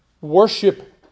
worship